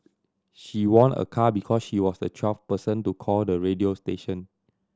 she won a car because she was the twelfth person to call the radio station